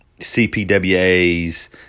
CPWAs